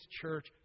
church